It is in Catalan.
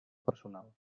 personal